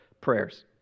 prayers